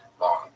Long